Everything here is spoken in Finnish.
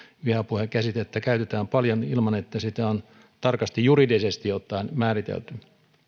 vihapuhe käsitettä käytetään paljon ilman että sitä on juridisesti tarkasti ottaen määritelty